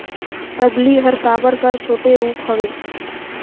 सबली हर साबर कर छोटे रूप हवे